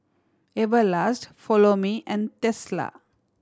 Everlast Follow Me and Tesla